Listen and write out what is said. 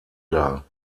dar